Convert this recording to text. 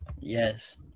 Yes